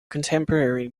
contemporary